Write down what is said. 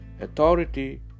authority